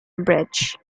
bridge